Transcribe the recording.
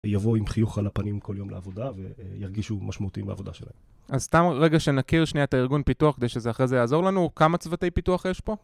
יבוא עם חיוך על הפנים כל יום לעבודה וירגישו משמעותי עם העבודה שלהם. אז סתם רגע שנכיר שנייה את הארגון פיתוח כדי שזה אחרי זה יעזור לנו. כמה צוותי פיתוח יש פה?